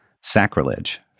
sacrilege